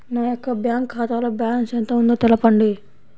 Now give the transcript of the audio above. నా యొక్క బ్యాంక్ ఖాతాలో బ్యాలెన్స్ ఎంత ఉందో తెలపండి?